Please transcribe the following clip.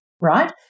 right